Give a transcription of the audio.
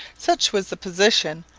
such was the position,